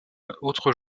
autre